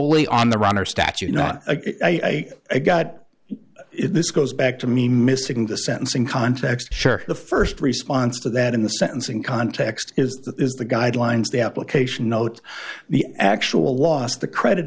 solely on the run or statute or not i got this goes back to me missing the sentencing context sure the st response to that in the sentencing context is that is the guidelines the application note the actual loss the credit